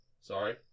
Sorry